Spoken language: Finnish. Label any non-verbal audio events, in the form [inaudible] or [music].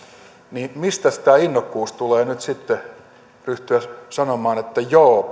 niin mistäs tämä innokkuus tulee nyt sitten ryhtyä sanomaan että joo [unintelligible]